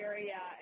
Area